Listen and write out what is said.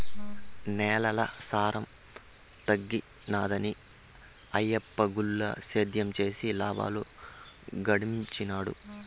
నేలల సారం తగ్గినాదని ఆయప్ప గుల్ల సేద్యం చేసి లాబాలు గడించినాడు